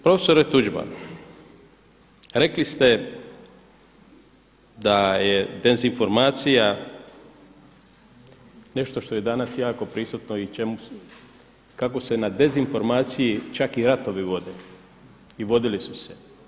Profesore Tuđman, rekli ste da je dezinformacija nešto što je danas jako prisutno i kako se na dezinformaciji čak i ratovi vode, i vodili su se.